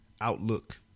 outlook